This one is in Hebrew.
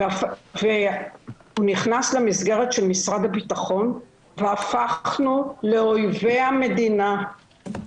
והוא נכנס למסגרת של משרד הביטחון והפכנו לאויבי המדינה.